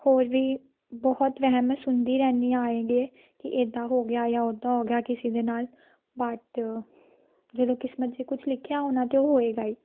ਹੋਰ ਵੀ ਬਹੁਤ ਵਹਿਮ ਮੈਂ ਸੁਣਦੀ ਰਹਿੰਦੀ ਹਾਂ ਆਏ ਗਏ ਕਿ ਇੱਦਾਂ ਹੋ ਗਿਆ ਜਾਂ ਉੱਦਾਂ ਹੋ ਗਿਆ ਕਿਸੇ ਦੇ ਨਾਲ ਬਟ ਜਦੋਂ ਕਿਸਮਤ 'ਚ ਕੁਛ ਲਿਖਿਆ ਹੋਣਾ ਤਾਂ ਉਹ ਹੋਏਗਾ ਹੀ